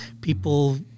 people